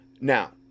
now